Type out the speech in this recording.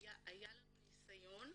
היה לנו ניסיון,